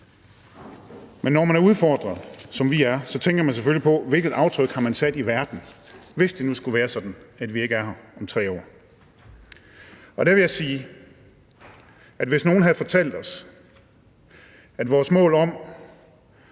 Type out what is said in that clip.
Men når man er udfordret, som vi er, tænker man selvfølgelig på, hvilket aftryk man har sat i verden, hvis det nu skulle være sådan, at vi ikke er her om 3 år. Der vil jeg sige, at hvis nogen havde fortalt os, at vores mål om